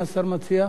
מה השר מציע?